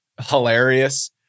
hilarious